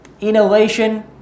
innovation